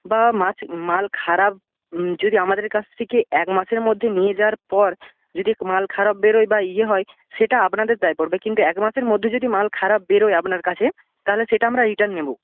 বা মাচ মাল খারাপ যদি আমাদের কাছ থেকে এক মাসের মধ্যে নিয়ে যাওয়ার পর যদি মাল খারাপ বেরোয় বা ইয়ে হয় সেটা আপনাদের দায় পড়বে কিন্তু এক মাসের মধ্যে যদি মাল খারাপ বেরোয় আপনার কাছে তাহলে সেটা আমরা রিটার্ন নেব